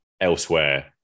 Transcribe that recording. elsewhere